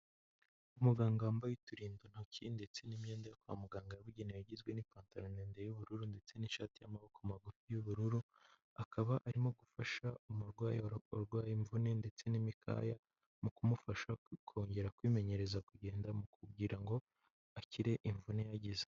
Umuganga wambaye uturindantoki ndetse n'imyenda yo kwa muganga yabugenewe igizwe n'ipantaro ndende y'ubururu ndetse n'ishati y'amaboko magufi y'ubururu, akaba arimo gufasha umurwayi urwaye imvune ndetse n'imikaya mu kumufasha kongera kwimenyereza kugenda mu kugira ngo akire imvune yagize.